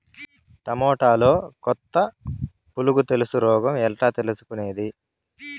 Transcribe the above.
టమోటాలో కొత్త పులుగు తెలుసు రోగం ఎట్లా తెలుసుకునేది?